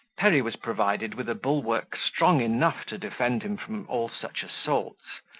perry was provided with a bulwark strong enough to defend him from all such assaults.